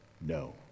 no